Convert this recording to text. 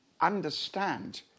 understand